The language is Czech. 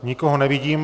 Nikoho nevidím.